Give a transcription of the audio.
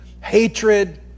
hatred